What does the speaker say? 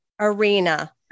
arena